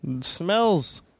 Smells